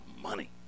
money